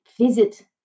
visit